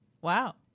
Wow